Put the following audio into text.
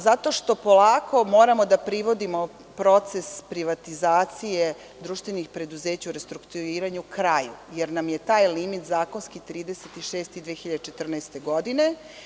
Zato što polako moramo da privodimo proces privatizacije društvenih preduzeća u restrukturiranju kraju, jer nam je taj limit zakonski 30. jun 2014. godine.